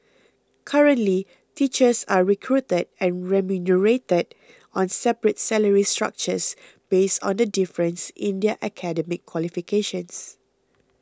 currently teachers are recruited and remunerated on separate salary structures based on the difference in their academic qualifications